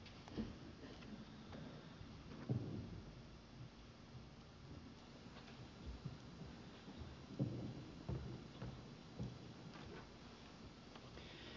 arvoisa puhemies